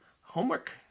homework